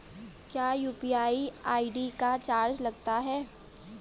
क्या UPI ID का charge लगता है?